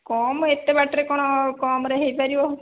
କମ୍ ଏତେ ବାଟରେ କଣ କମରେ ହୋଇପାରିବ